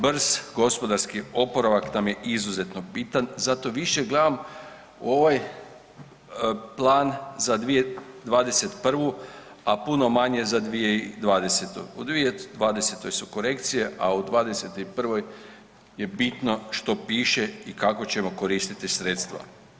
Brz gospodarski oporavak nam je izuzetno bitan zato više gledam ovaj plan za 2021., a puno manje za 2020., u 2020. su korekcije, a u '21. je bitno što piše i kako ćemo koristiti sredstva.